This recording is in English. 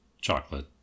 chocolate